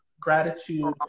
gratitude